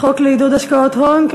הצעת חוק לעידוד השקעות הון (תיקון מס' 70),